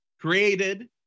created